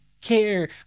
care